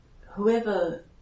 Whoever